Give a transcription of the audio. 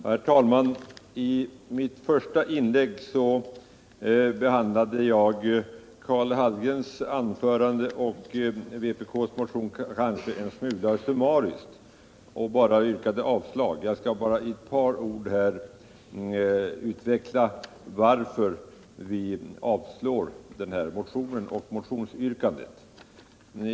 Herr talman! I mitt första inlägg kommenterade jag kanske Karl Hallgrens anförande och vpk:s motion en smula summariskt. Jag skall nu med ett par ord utveckla varför vi avstyrker motionsyrkandet.